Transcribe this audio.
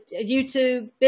YouTube